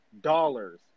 dollars